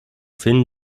finden